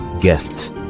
guests